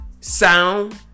sound